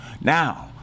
Now